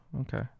Okay